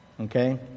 Okay